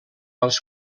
els